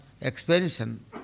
expansion